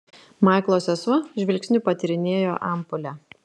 maiklo sesuo žvilgsniu patyrinėjo ampulę